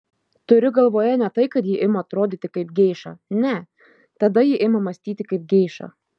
turiu galvoje ne tai kad ji ima atrodyti kaip geiša ne tada ji ima mąstyti kaip geiša